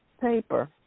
paper